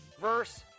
verse